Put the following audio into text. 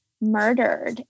murdered